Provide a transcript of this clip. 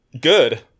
Good